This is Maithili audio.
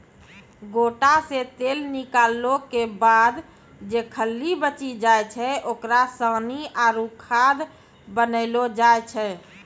गोटा से तेल निकालो के बाद जे खल्ली बची जाय छै ओकरा सानी आरु खाद बनैलो जाय छै